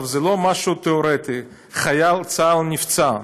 זה לא משהו תאורטי, חייל צה"ל נפצע.